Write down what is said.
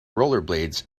rollerblades